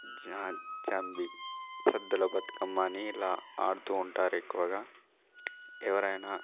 John జాన్ విత్ సద్దల బతుకమ్మా అని ఇలా ఆడుతూ ఉంటారు ఎక్కువగా ఎవరైనా